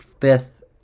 fifth